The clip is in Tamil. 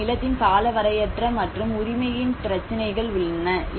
அங்கு நிலத்தின் காலவரையறை மற்றும் உரிமையின் பிரச்சினைகள் உள்ளன